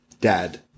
dad